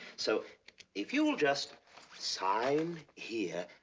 so if you'll just sign here.